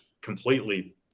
completely